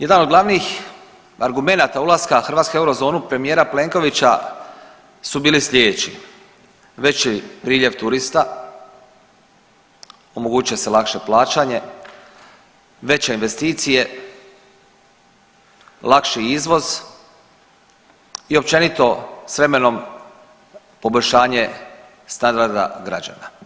Jedan od glavnih argumenata ulaska Hrvatske u eurozonu premijera Plenkovića su bili slijedeći, veći priljev turista, omogućava se lakše plaćanje, veće investicije, lakši izvoz i općenito s vremenom poboljšanje standarda građana.